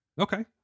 okay